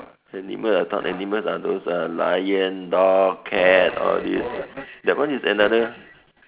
animal I thought animals are those uh lion dog cat all these that one is another